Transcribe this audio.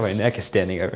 ah neck is standing up,